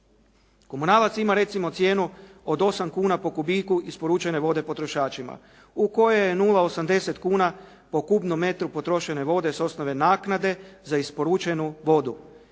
Komunalac ima recimo cijenu od 8 kuna po kubiku isporučene vode potrošačima u kojoj je 0,80 kuna po kubnom metru potrošene vode s osnove naknade za isporučenu vodu.